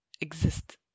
exist